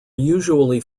usually